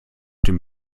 den